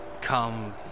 come